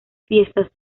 fiestas